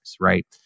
right